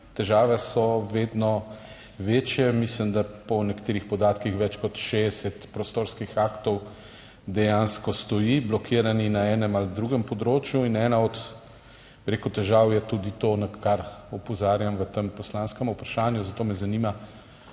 težave so vedno večje. Mislim, da po nekaterih podatkih več kot 60 prostorskih aktov dejansko stoji, blokirani so na enem ali drugem področju, ena od težav je tudi to, na kar opozarjam v tem poslanskem vprašanju, zato me zanima